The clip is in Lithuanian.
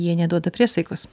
jie neduoda priesaikos